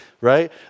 right